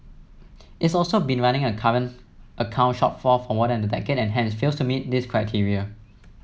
it's also been running a current account shortfall for more than a decade and hence fails to meet this criteria